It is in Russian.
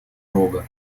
рога